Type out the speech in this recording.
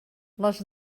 les